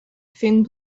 thin